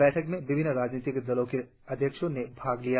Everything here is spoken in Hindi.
बैठक में विभिन्न राजनीतिक दलों के अध्यक्षों ने भाग लिया